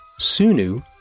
Sunu